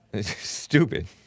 Stupid